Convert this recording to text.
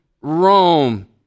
Rome